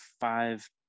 five